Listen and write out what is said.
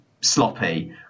sloppy